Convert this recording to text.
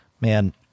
man